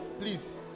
please